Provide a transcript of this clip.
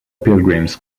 pilgrims